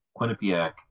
Quinnipiac